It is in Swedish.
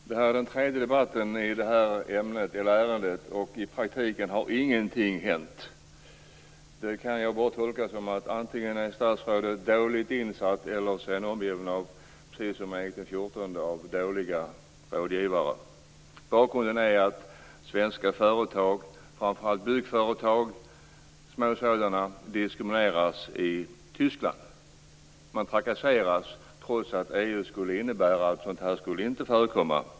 Fru talman! Det här är den tredje debatten i det här ärendet, och i praktiken har ingenting hänt. Det kan jag bara tolka på två sätt: Antingen är statsrådet dåligt insatt, eller också är han, precis som Erik XIV, omgiven av dåliga rådgivare. Bakgrunden är att svenska företag, framför allt små byggföretag, diskrimineras i Tyskland. Man trakasseras, trots att EU skulle innebära att sådant här inte skulle förekomma.